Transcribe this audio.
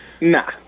Nah